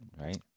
right